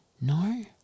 No